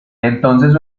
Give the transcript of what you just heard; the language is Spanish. entonces